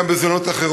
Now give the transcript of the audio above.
גם בהזדמנויות אחרות,